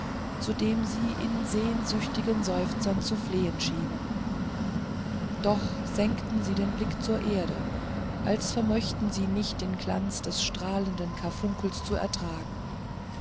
zu dem sie in sehnsüchtigen seufzern zu flehen schienen doch senkten sie den blick zur erde als vermöchten sie nicht den glanz des strahlenden karfunkels zu ertragen